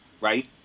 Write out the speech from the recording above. Right